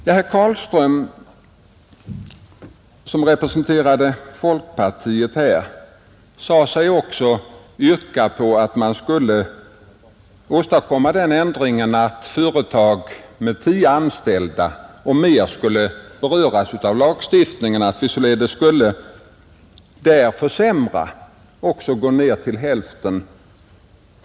Herr Carlström, som representerar folkpartiet här, yrkade också på den ändringen, att endast företag med tio anställda eller mera skulle beröras av lagstiftningen för främjande av äldres sysselsättning. Vi skulle således göra en försämring och gå ner till hälften.